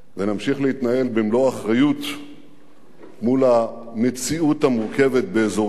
ונמשיך להתנהל במלוא האחריות מול המציאות המורכבת באזורנו.